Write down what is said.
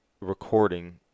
recording